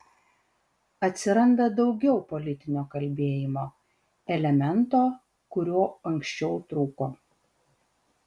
atsiranda daugiau politinio kalbėjimo elemento kuriuo anksčiau trūko